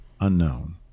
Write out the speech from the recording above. Unknown